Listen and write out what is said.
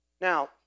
Now